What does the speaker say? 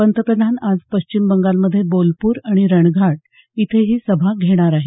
पंतप्रधान आज पश्चिम बंगालमध्ये बोलपूर आणि रणघाट इथेही सभा घेणार आहेत